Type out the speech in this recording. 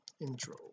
intro